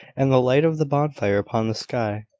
and the light of the bonfire upon the sky.